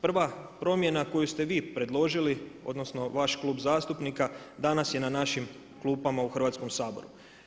Prva promjena koju ste vi predložili odnosno vaš klub zastupnika danas je na našim klupama u Hrvatskom saboru.